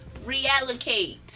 Reallocate